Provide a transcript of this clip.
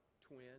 twin